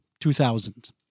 2000